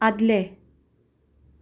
आदलें